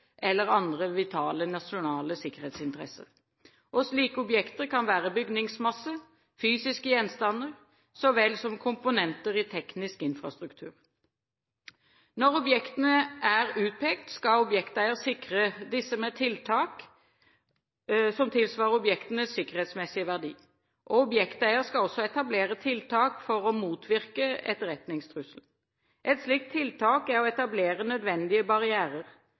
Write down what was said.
eller andre vitale nasjonale sikkerhetsinteresser». Slike objekter kan være bygningsmasse og fysiske gjenstander så vel som komponenter i teknisk infrastruktur. Når objektene er utpekt, skal objekteier sikre disse med tiltak som tilsvarer objektenes sikkerhetsmessige verdi. Objekteier skal også etablere tiltak for å motvirke etterretningstrusselen. Et slikt tiltak er å etablere nødvendige barrierer.